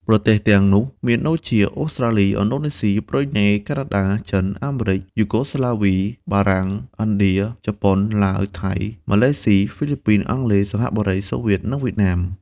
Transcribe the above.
ប្រទេសទាំងនោះមានដូចជា អូស្ត្រាលី ឥណ្ឌូនេស៊ី ប៊្រុយណេ កាណាដា ចិន អាមេរិក យូហ្គោស្លាវី បារាំង ឥណ្ឌា ជប៉ុន ឡាវ ថៃ ម៉ាឡេស៊ី ហ្វីលីពីន អង់គ្លេស សិង្ហបុរី សូវៀត និងវៀតណាម។